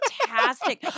fantastic